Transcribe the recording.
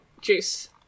juice